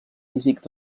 físic